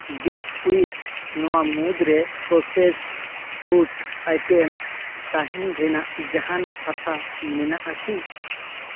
ᱫᱤᱥ ᱩᱭᱤᱠ ᱱᱚᱣᱟ ᱢᱩᱫᱽᱨᱮ ᱯᱨᱚᱥᱮᱥᱰ ᱯᱷᱩᱰ ᱟᱭᱴᱮᱢᱥ ᱛᱟᱦᱮᱱ ᱨᱮᱱᱟᱜ ᱡᱟᱦᱟᱱ ᱟᱥᱟ ᱢᱮᱱᱟᱜᱼᱟ ᱠᱤ